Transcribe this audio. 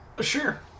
Sure